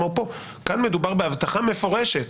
כאן מדובר בהבטחה מפורשת